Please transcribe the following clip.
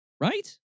right